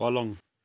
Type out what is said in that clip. पलङ